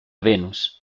venus